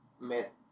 met